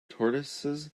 tortoises